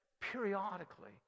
periodically